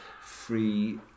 free